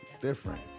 Different